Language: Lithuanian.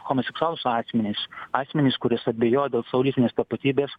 homoseksualūs asmenys asmenys kuris abejoja dėl savo lytinės tapatybės